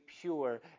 pure